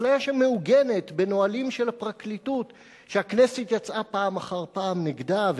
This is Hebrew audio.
אפליה שמעוגנת בנהלים של הפרקליטות שהכנסת יצאה פעם אחר פעם נגדם,